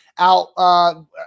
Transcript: out –